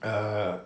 err